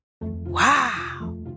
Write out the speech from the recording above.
Wow